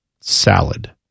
salad